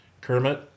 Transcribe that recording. Kermit